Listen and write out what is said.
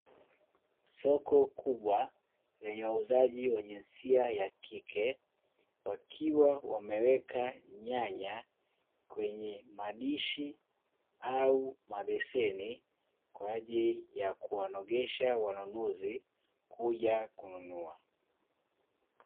Soko kubwa lenye wauzaji wa jinsia ya kike, wakiwa wameweka nyanya kwenye madishi au mabeseni, kwa ajili ya kuwanogesha wanunuzi kuja kununua.